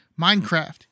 Minecraft